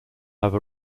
have